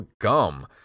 Gum